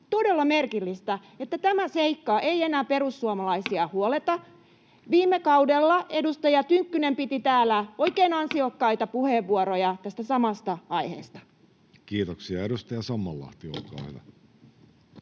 todella merkillistä, että tämä seikka ei enää perussuomalaisia huoleta. Viime kaudella edustaja Tynkkynen piti täällä oikein ansiokkaita puheenvuoroja tästä samasta aiheesta. Kiitoksia. — Edustaja Sammallahti, olkaa hyvä.